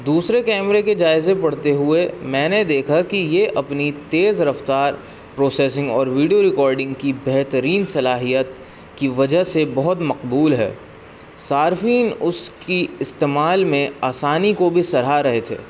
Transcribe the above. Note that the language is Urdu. دوسرے کیمرے کے جائزے پڑھتے ہوئے میں نے دیکھا کہ یہ اپنی تیز رفتار پروسیسنگ اور ویڈیو ریکارڈنگ کی بہترین صلاحیت کی وجہ سے بہت مقبول ہے صارفین اس کی استعمال میں آسانی کو بھی سراہ رہے تھے